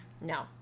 No